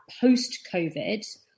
post-COVID